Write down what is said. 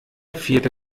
vierte